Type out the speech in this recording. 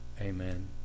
Amen